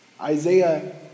Isaiah